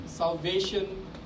Salvation